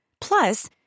Plus